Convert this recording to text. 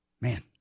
Man